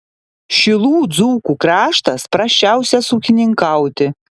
šilų dzūkų kraštas prasčiausias ūkininkauti